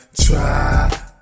Try